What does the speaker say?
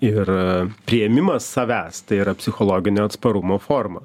ir priėmimas savęs tai yra psichologinio atsparumo forma